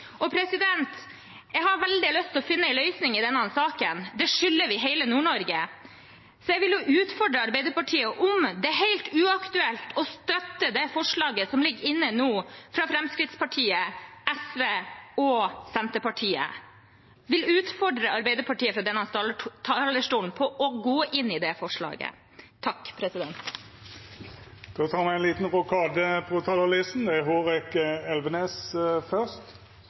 Jeg har veldig lyst til å finne en løsning i denne saken. Det skylder vi hele Nord-Norge. Så jeg vil utfordre Arbeiderpartiet om det er helt uaktuelt å støtte det forslaget som ligger inne nå, fra Fremskrittspartiet, SV og Senterpartiet. Jeg vil utfordre Arbeiderpartiet fra denne talerstol på å gå inn i det forslaget. Me tek ein liten rokade på talarlista. Hårek Elvenes fyrst. Kanskje vert det ein stor rokade? Det får me høyra på. Neste er